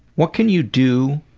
what can you do